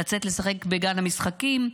לצאת לשחק בגן המשחקים,